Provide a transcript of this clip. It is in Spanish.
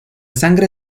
sangre